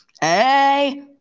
Hey